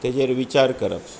तेजेर विचार करप